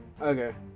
Okay